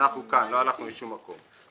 אנחנו כאן, לא הלכנו לשום מקום.